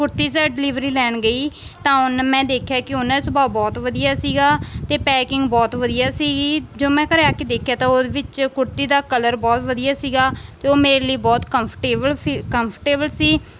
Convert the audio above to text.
ਕੁੜਤੀਜ਼ delivery ਲੈਣ ਗਈ ਤਾਂ ਹੁਣ ਮੈਂ ਦੇਖਿਆ ਕਿ ਉਹਨਾਂ ਸੁਭਾਅ ਬਹੁਤ ਵਧੀਆ ਸੀਗਾ ਅਤੇ ਪੈਕਿੰਗ ਬਹੁਤ ਵਧੀਆ ਸੀਗੀ ਜਦੋਂ ਮੈਂ ਘਰੇ ਆ ਕੇ ਦੇਖਿਆ ਤਾਂ ਉਹਦੇ ਵਿੱਚ ਕੁੜਤੀ ਦਾ ਕਲਰ ਬਹੁਤ ਵਧੀਆ ਸੀਗਾ ਅਤੇ ਉਹ ਮੇਰੇ ਲਈ ਬਹੁਤ ਕੰਫਟੇਬਲ ਫੀਲ ਕੰਫਟੇਬਲ ਸੀ